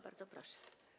Bardzo proszę.